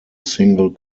single